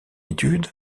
étude